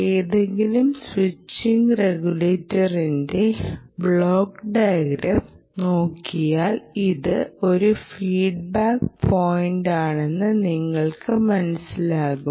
ഏതെങ്കിലും സ്വിച്ചിംഗ് റെഗുലേറ്ററിന്റെ block diagram നോക്കിയാൽ ഇത് ഒരു ഫീഡ്ബാക്ക് പോയിന്റാണെന്ന് നിങ്ങൾക്ക് മനസ്സിലാകും